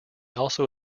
also